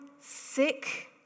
sick